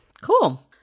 cool